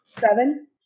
Seven